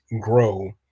grow